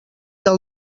del